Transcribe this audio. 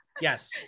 yes